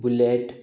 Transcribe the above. bullet